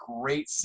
great